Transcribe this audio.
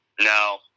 no